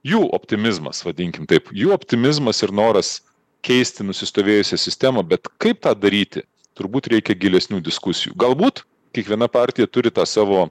jų optimizmas vadinkim taip jų optimizmas ir noras keisti nusistovėjusią sistemą bet kaip tą daryti turbūt reikia gilesnių diskusijų galbūt kiekviena partija turi tą savo